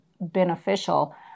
beneficial